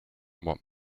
what